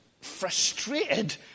frustrated